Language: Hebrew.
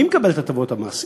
מי מקבל את הטבות המס?